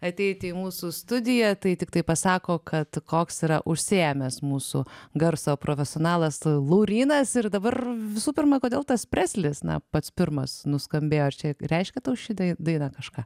ateiti į mūsų studiją tai tiktai pasako kad koks yra užsiėmęs mūsų garso profesionalas laurynas ir dabar visų pirma kodėl tas preslis na pats pirmas nuskambėjo čia reiškia tau šitą dainą kažką